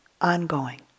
ongoing